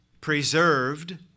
preserved